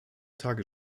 tage